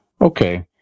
Okay